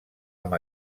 amb